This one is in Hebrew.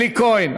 אלי כהן.